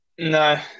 No